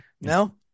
No